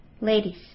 Ladies